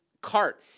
cart